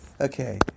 Okay